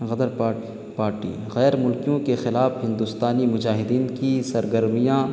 غدر part party غیر ملکیوں کے خلاف ہندوستانی مجاہدین کی سرگرمیاں